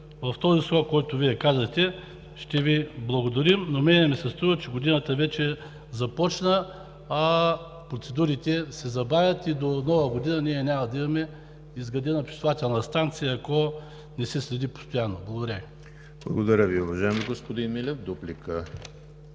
в този срок, в който Вие казвате, ще Ви благодарим. Но на мен ми се струва, че годината вече започна, а процедурите се забавят и до Нова година ние няма да имаме изградена пречиствателна станция, ако не се следи постоянно. Благодаря Ви. ПРЕДСЕДАТЕЛ ЕМИЛ ХРИСТОВ: Благодаря Ви, уважаеми господин Милев. Дуплика